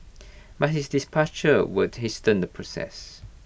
but his departure will hasten the process